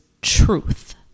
truth